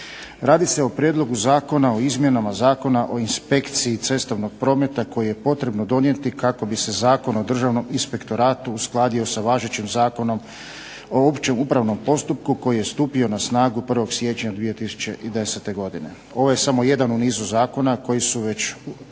Radi se o Prijedlogu zakona o izmjenama Zakona o inspekciji cestovnog prometa koji je potrebno donijeti kako bi se Zakon o državnom inspektoratu uskladio sa važećim Zakonom o općem upravnom postupku koji je stupio na snagu 1. siječnja 2010. godine. Ovo je samo jedan u nizu zakona koji su se